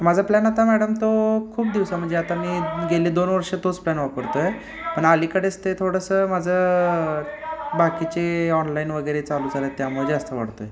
माझा प्लॅन आता मॅडम तो खूप दिवसा म्हणजे आता मी गेले दोन वर्षं तोच प्लॅन वापरतो आहे पण अलीकडेच ते थोडंसं माझं बाकीचे ऑनलाईन वगैरे चालू झालं त्या त्यामुळे जास्त वाढतो आहे